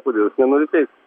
kodėl jis nenori teik